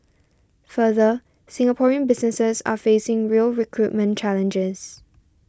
further Singaporean businesses are facing real recruitment challenges